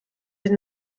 sie